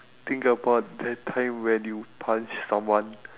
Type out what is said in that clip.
think about that time when you punch someone